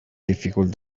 difficult